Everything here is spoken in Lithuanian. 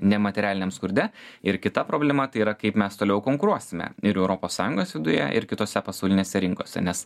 nematerialiniam skurde ir kita problema tai yra kaip mes toliau konkuruosime ir europos sąjungos viduje ir kitose pasaulinėse rinkose nes